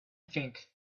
think